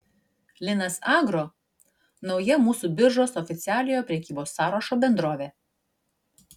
linas agro nauja mūsų biržos oficialiojo prekybos sąrašo bendrovė